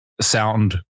sound